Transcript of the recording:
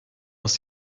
aus